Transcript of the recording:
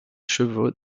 chevaux